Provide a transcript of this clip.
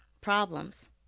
problems